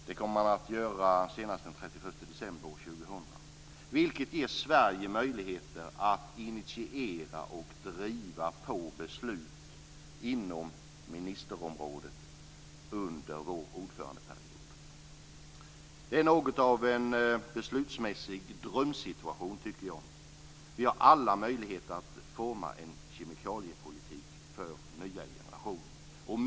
Det kommer att ske senast den 31 december år 2000, vilket ger Sverige möjligheter att initiera och driva på beslut inom ministerrådet under vår ordförandeperiod. Det är något av en beslutsmässig drömsituation, tycker jag. Vi har alla möjligheter att forma en kemikaliepolitik för nya generationer.